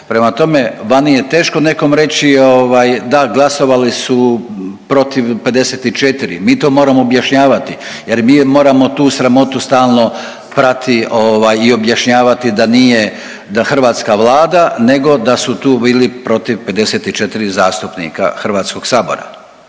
Prema tome, vani je teško nekom reći da, glasovali su protiv 54. Mi to moramo objašnjavati, jer mi moramo tu sramotu stalno prati i objašnjavati da nije, da hrvatska Vlada nego da su tu bili protiv 54 zastupnika Hrvatskog sabora.